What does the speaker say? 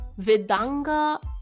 vedanga